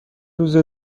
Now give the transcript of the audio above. روز